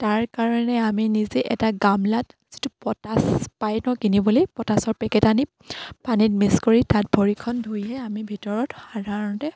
তাৰ কাৰণে আমি নিজে এটা গামলাত যিটো পটাছ পাই ন কিনিবলৈ পটাচৰ পেকেট আনি পানীত মিক্স কৰি তাত ভৰিখন ধুইহে আমি ভিতৰত সাধাৰণতে